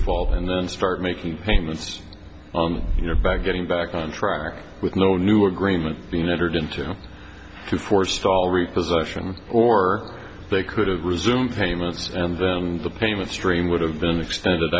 fault and then start making payments on your back getting back on track with no new agreement being entered into to forestall repossession or they could resume famous and then the payment stream would have been extended